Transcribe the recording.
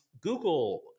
google